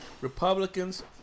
Republicans